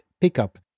pickup